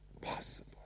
Possible